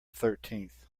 thirteenth